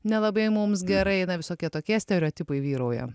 nelabai mums gerai eina visokie tokie stereotipai vyrauja